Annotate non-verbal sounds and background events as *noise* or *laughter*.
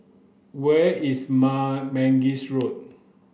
where is *unintelligible* Mangis Road